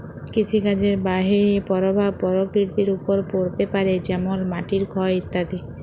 কৃষিকাজের বাহয়ে পরভাব পরকৃতির ওপর পড়তে পারে যেমল মাটির ক্ষয় ইত্যাদি